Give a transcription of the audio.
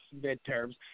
midterms